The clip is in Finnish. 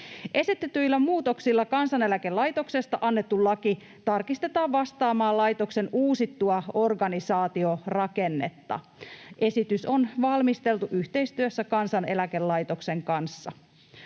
Esitetyillä muutoksilla Kansaneläkelaitoksesta annettu laki tarkistetaan vastaamaan laitoksen uusittua organisaatiorakennetta. Esitys on valmisteltu yhteistyössä Kansaneläkelaitoksen kanssa.